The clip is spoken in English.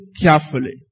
carefully